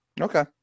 Okay